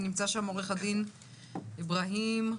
נמצא שם עו"ד אבראהים כילאני,